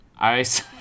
ice